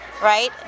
right